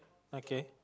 okay